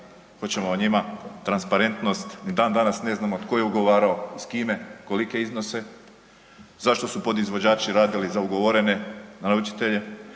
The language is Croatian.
hoćemo o njima, transparentnost, ni dan danas ne znamo tko je ugovarao i s kime, kolike iznose, zašto su podizvođači radili za ugovorene naručitelje,